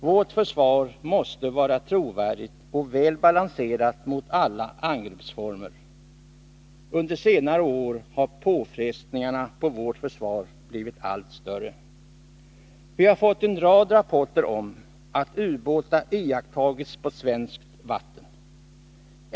Vårt försvar måste vara trovärdigt och väl balanserat mot alla angreppsformer. Under senare år har påfrestningarna på vårt försvar blivit allt större. Vi har fått en rad rapporter om att ubåtar iakttagits på svenskt vatten.